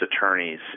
attorneys